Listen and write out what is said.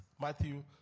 Matthew